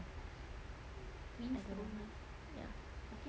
ya